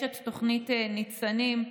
יש את תוכנית ניצנים,